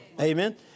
Amen